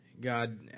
God